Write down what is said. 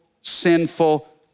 sinful